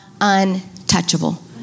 untouchable